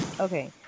Okay